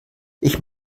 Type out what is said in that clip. ich